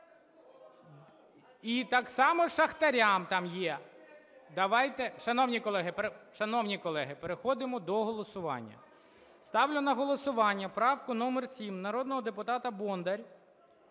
Давайте... Шановні колеги! Шановні колеги, переходимо до голосування. Ставлю на голосування правку номер 7 народного депутата Бондаря.